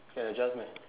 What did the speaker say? can adjust meh